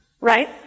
Right